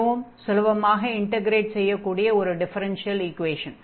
மிகவும் சுலபமாக இன்டக்ரேட் செய்யக்கூடிய ஒரு டிஃபரென்ஷியல் ஈக்வேஷன்